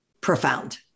profound